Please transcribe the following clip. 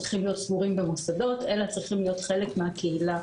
צריכים להיות סגורים במוסדות אלא צריכים להיות חלק מהקהילה